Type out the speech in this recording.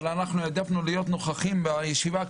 אבל אנחנו העדפנו להיות נוכחים בישיבה.